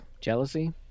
jealousy